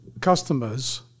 customers